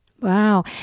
Wow